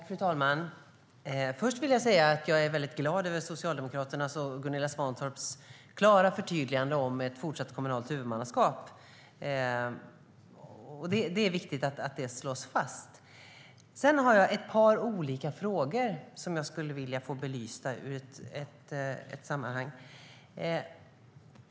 Fru talman! Först jag vill säga att jag är glad över Socialdemokraternas och Gunilla Svantorps klara förtydligande om ett fortsatt kommunalt huvudmannaskap. Det är viktigt att det slås fast. Jag har ett par andra frågor som jag skulle vilja få belysta.